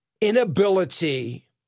inability